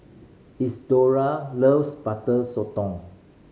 Isidore loves Butter Sotong